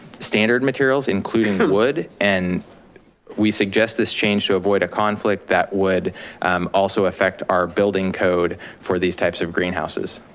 standard materials including wood and we suggest this change to avoid a conflict that would also affect our building code for these types of greenhouses,